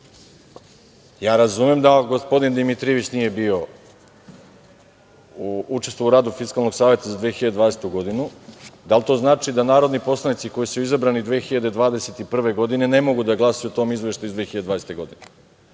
ja razumem da gospodin Dimitrijević nije učestvovao u radu Fiskalnog saveta za 2020. godinu. Da li to znači da narodni poslanici koji su izabrani 2021. godine ne mogu da glasaju o tom izveštaju iz 2020. godine?